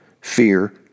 fear